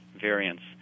variants